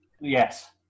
Yes